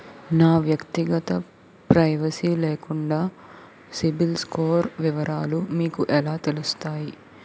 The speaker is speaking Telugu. నా వ్యక్తిగత ప్రైవసీ లేకుండా సిబిల్ స్కోర్ వివరాలు మీకు ఎలా తెలుస్తాయి?